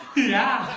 yeah.